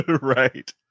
right